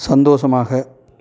சந்தோஷமாக